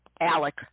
ALEC